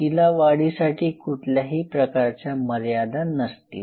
तिला वाढीसाठी कुठल्याही प्रकारच्या मर्यादा नसतील